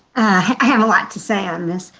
i have a lot to say on this.